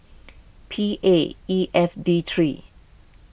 P A E F D three